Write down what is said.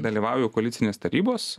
dalyvauju koalicinės tarybos